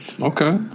Okay